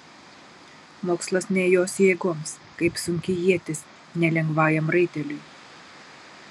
mokslas ne jos jėgoms kaip sunki ietis ne lengvajam raiteliui